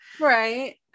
right